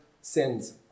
sins